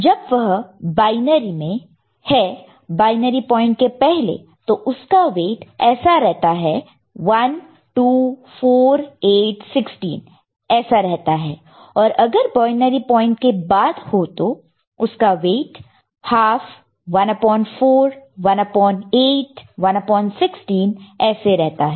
जब वह बायनरी में है बायनरी पॉइंट के पहले तो उसका वेट् 1 2 4 8 16 ऐसा रहता है और अगर बायनरी पॉइंट के बाद हो तो उसका weight half 1 upon 4 1 upon 8 1 upon 16 ऐसा रहता है